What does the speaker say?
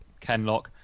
Kenlock